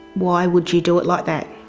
why would you do it like that?